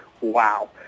wow